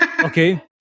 Okay